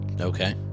okay